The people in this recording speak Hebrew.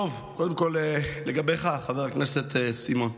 קודם כול, לגביך, חבר הכנסת סימון,